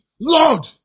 Lord